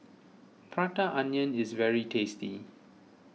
Prata Onion is very tasty